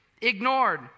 ignored